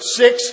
six